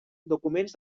documents